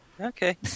Okay